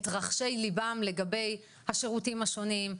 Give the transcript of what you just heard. את רחשי ליבם לגבי השירותים השונים,